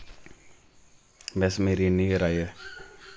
बस मेरी इन्नी गै राऽ ऐ